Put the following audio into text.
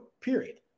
Period